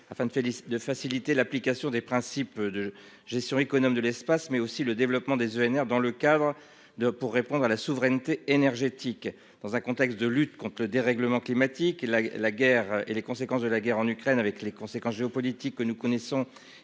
de faciliter l'application des principes de j'sur économe de l'espace mais aussi le développement des ENR dans le cadre de pour répondre à la souveraineté énergétique dans un contexte de lutte contre le dérèglement climatique. La la guerre et les conséquences de la guerre en Ukraine, avec les conséquences géopolitiques que nous connaissons